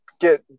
Get